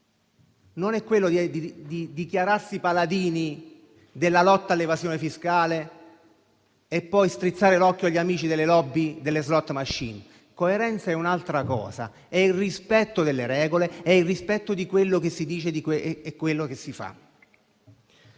non è dichiararsi paladini della lotta all'evasione fiscale e poi strizzare l'occhio agli amici delle *lobby* delle *slot* *machine*. Coerenza è un'altra cosa: è il rispetto delle regole, è il rispetto di quello che si dice e di quello che si fa.